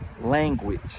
language